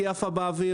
כי היא עפה באוויר.